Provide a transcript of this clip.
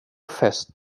fest